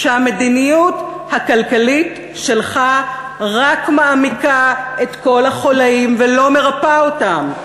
שהמדיניות הכלכלית שלך רק מעמיקה את כל החוליים ולא מרפאה אותם.